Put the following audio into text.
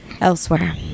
Elsewhere